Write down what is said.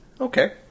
okay